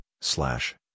slash